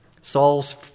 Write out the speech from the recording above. Saul's